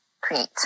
Create